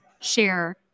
share